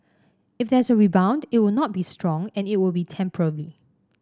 if there's a rebound it'll not be strong and it'll be temporary